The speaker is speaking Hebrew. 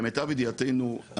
למיטב ידיעתנו,